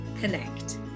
connect